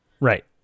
Right